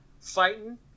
fighting